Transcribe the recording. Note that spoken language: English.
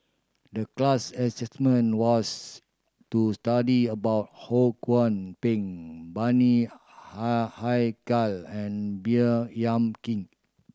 the class was to study about Ho Kwon Ping Bani and Baey Yam Keng